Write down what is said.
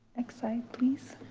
next slide please.